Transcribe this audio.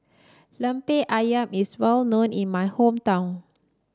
lemper ayam is well known in my hometown